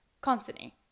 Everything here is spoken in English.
constantly